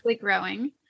growing